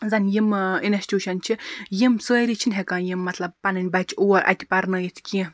زَن یِم اِنَسٹیوشَن چھِ یِم سٲری چھِنہٕ ہیٚکان یِم مَطلَب پَنٕنۍ بَچہِ اور اَتہِ پَرنٲیِتھ کینٛہہ